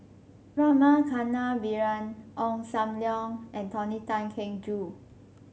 Rama Kannabiran Ong Sam Leong and Tony Tan Keng Joo